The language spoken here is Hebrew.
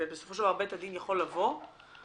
שבסופו של דבר בית הדין יכול לבוא וליתן